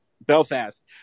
Belfast